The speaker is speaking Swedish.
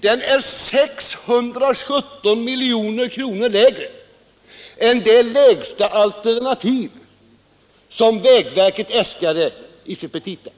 Den är 617 milj.kr. lägre än det lägsta alternativ som vägverket äskade i sina petita.